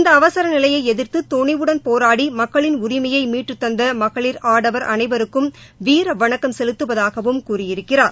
இந்த அவசர நிலையை எதிரத்து துணிவுடன் போராடி மக்களின் உரிமையை மீட்டெடுத்த மகளிர் ஆடவர் அனைவருக்கும் வீரவணக்கம் செலுத்துவதாகவும் கூறியிருக்கிறார்